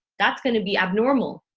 that's going to be abnormal.